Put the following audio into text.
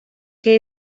que